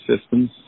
systems